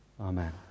Amen